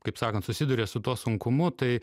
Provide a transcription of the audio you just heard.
kaip sakant susiduria su tuo sunkumu tai